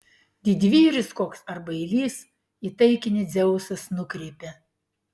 didvyris koks ar bailys į taikinį dzeusas nukreipia